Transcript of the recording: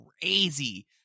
Crazy